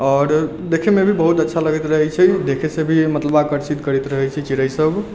आओर देखैमे भी बहुत अच्छा लगैत रहै छै देखैसँ भी मतलब आकर्षित करैत रहै छै चिड़ै सब